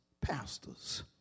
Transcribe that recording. pastors